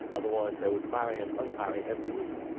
otherwise they would marry and unmarry every week.